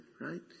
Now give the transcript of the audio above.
right